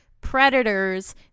predators